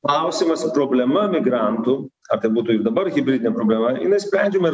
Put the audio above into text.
klausimas ir problema migrantų ar tai būtų ir dabar hibridinė problema jinai sprendžiama ir